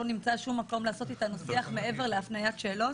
נמצא שום מקום לעשות איתנו שיח מעבר להפניית שאלות,